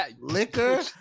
liquor